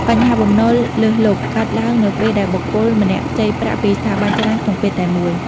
បញ្ហាបំណុលលើសលប់ កើតឡើងនៅពេលដែលបុគ្គលម្នាក់ខ្ចីប្រាក់ពីស្ថាប័នច្រើនក្នុងពេលតែមួយ។